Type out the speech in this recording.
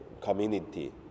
community